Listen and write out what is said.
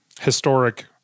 historic